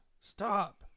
Stop